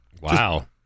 wow